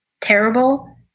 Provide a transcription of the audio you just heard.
terrible